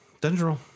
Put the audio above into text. Dungeon